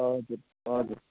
हजुर हजुर